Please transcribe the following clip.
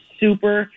super